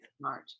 March